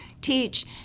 teach